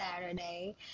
Saturday